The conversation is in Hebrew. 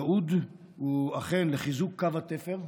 הייעוד הוא אכן לחיזוק קו התפר,